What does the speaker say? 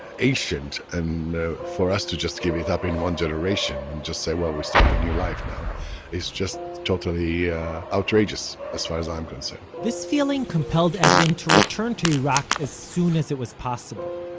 ancient. and for us to just give it up in one generation, and just say well we'll start a new life now is just totally outrageous, as far as i am concerned this feeling compelled edwin to return to iraq as soon as it was possible,